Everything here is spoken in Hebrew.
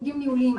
תפקודים ניהוליים,